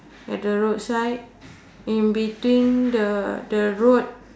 at the roadside in between the the road